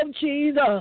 Jesus